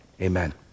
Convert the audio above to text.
amen